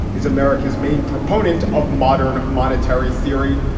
is america's main proponent of modern monetary theory.